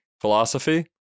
philosophy